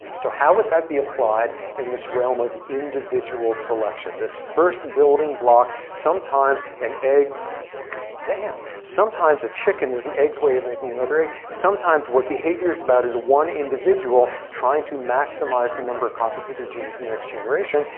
so how would that be applied in this realm of individual selection? this first building block. sometimes an egg damn. sometimes a chicken is an egg's way of making another egg. sometimes what behavior is about is one individual trying to maximize the number of copies of their genes in the next generation.